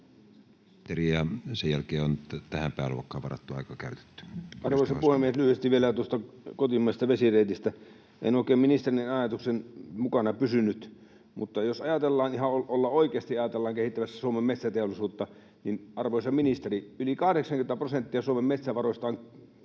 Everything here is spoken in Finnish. Arvoisa puhemies! Lyhyesti vielä tuosta kotimaisesta vesireitistä. En oikein ministerin ajatuksen mukana pysynyt, mutta jos ajatellaan ihan oikeasti olla kehittämässä Suomen metsäteollisuutta, arvoisa ministeri, niin yli 80 prosenttia Suomen metsävaroista on